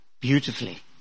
Beautifully